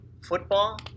football